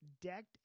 decked